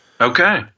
Okay